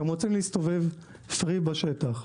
הם רצו להסתובב חופשיים בשטח.